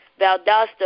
Valdosta